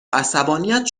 عصبانیت